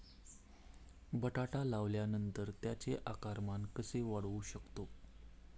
बटाटा लावल्यानंतर त्याचे आकारमान कसे वाढवू शकतो?